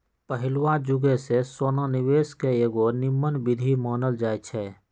पहिलुआ जुगे से सोना निवेश के एगो निम्मन विधीं मानल जाइ छइ